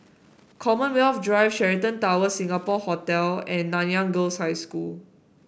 Commonwealth Drive Sheraton Towers Singapore Hotel and Nanyang Girls' High School